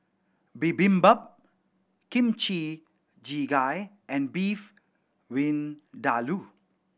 Bibimbap Kimchi Jjigae and Beef Vindaloo